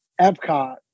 epcot